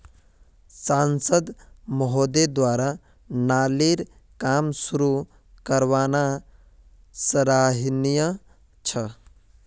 सांसद महोदय द्वारा नालीर काम शुरू करवाना सराहनीय छ